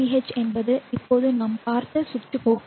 sch என்பது இப்போது நாம் பார்த்த சுற்று கோப்பு